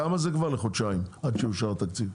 כמה זה כבר לחודשיים עד שיאושר תקציב?